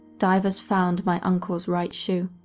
divers found my uncle's right shoe.